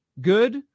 good